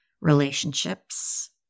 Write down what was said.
relationships